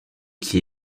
qui